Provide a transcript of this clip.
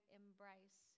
embrace